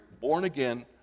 born-again